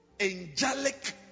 angelic